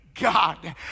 God